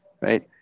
Right